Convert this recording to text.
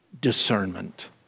discernment